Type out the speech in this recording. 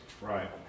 Right